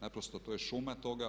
Naprosto to je šuma toga.